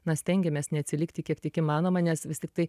na stengiamės neatsilikti kiek tik įmanoma nes vis tiktai